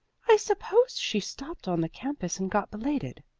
i suppose she stopped on the campus and got belated,